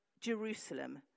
Jerusalem